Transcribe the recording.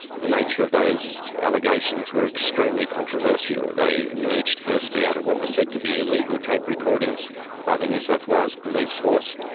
the nature of those allegations were extremely controversial they emerged firstly out of what was said to be illegal tape recordings by the new south wales police force.